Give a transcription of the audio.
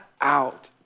out